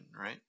right